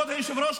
כבוד היושב-ראש,